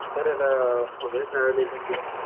sir ఇలా Uday travel ఏజెన్సీనా sir